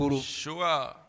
Sure